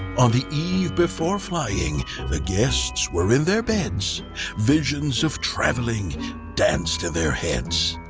on the eve before flying the guests were in their beds visions of traveling danced in their heads